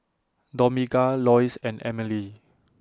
Dominga Lois and Emelie